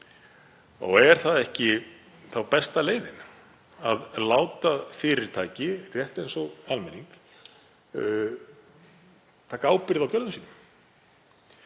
Er það ekki besta leiðin að láta fyrirtæki rétt eins og almenning taka ábyrgð á gjörðum sínum?